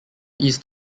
east